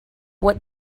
what